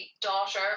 daughter